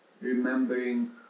remembering